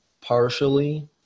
partially